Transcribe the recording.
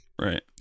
Right